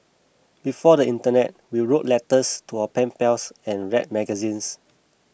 before the internet we wrote letters to our pen pals and read magazines